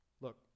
Look